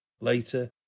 Later